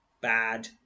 Bad